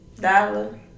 dollar